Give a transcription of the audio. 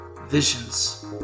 Visions